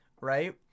right